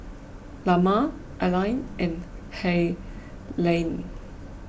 Lamar Aline and Helaine